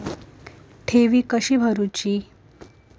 ठेवी कशी भरूची?